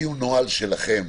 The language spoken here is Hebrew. תוציאו נוהל שלכם